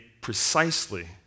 precisely